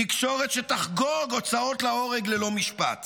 תקשורת שתחגוג הוצאות להורג ללא משפט